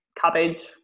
cabbage